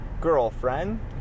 girlfriend